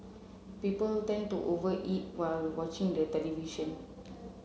people tend to over eat while watching the television